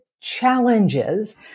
challenges